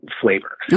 flavor